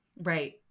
Right